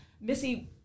Missy